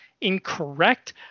incorrect